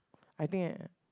I think uh